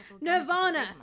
nirvana